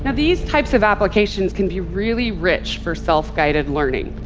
these types of applications can be really rich for self-guided learning.